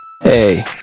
Hey